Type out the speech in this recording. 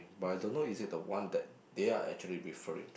but I don't know is it the one that they are actually referring to